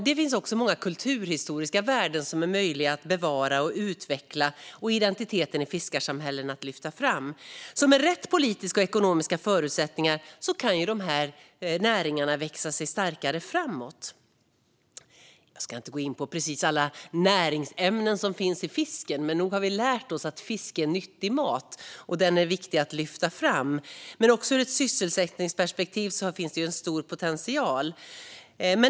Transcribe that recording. Det finns dessutom många kulturhistoriska värden som är möjliga att bevara och utveckla. Identiteten i fiskarsamhällen kan lyftas fram. Med rätt politiska och ekonomiska förutsättningar kan dessa näringar växa sig starkare framöver. Jag ska inte gå in på precis alla näringsämnen som finns i fisk, men nog har vi lärt oss att fisk är nyttig mat. Den är viktig att lyfta fram. Men även ur ett sysselsättningsperspektiv finns en stor potential.